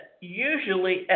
usually